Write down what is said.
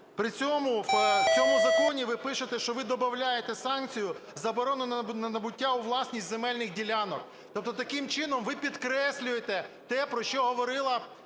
При цьому в цьому законі ви пишете, що ви добавляєте санкцію - заборону на набуття у власність земельних ділянок. Тобто таким чином ви підкреслюєте те, про що говорила